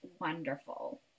wonderful